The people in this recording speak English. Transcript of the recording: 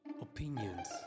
opinions